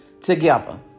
together